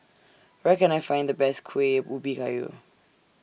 Where Can I Find The Best Kuih Ubi Kayu